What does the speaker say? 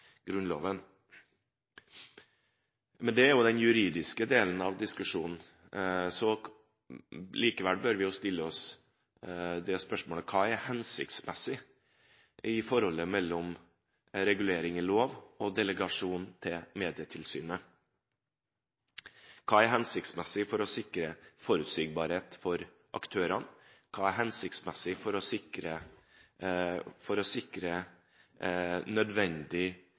Grunnloven. Det er den juridiske delen av diskusjonen. Likevel bør vi spørre: Hva er hensiktsmessig i forholdet mellom regulering i lov og delegasjon til Medietilsynet? Hva er hensiktsmessig for å sikre forutsigbarhet for aktørene? Hva er hensiktsmessig for å sikre nødvendige, forutsigbare rammevilkår for